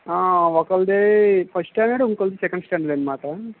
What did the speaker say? ఒకళ్ళది first standard ఇంకొకళ్ళది second standard అనమాట